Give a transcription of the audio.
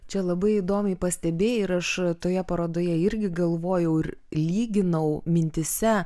čia labai įdomiai pastebėjai ir aš toje parodoje irgi galvojau ir lyginau mintyse